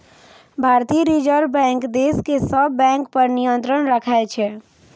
भारतीय reserve bank देश के सब बैंक पर नियंत्रण राखै छै